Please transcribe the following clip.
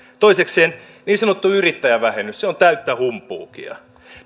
toisekseen niin sanottu yrittäjävähennys se on täyttä humpuukia